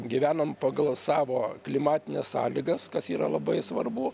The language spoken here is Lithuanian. gyvenam pagal savo klimatines sąlygas kas yra labai svarbu